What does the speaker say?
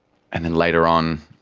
and then later on,